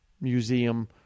Museum